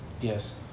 Yes